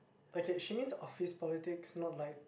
but k she means office politics not like